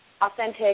authentic